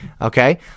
Okay